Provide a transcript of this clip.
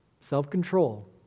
self-control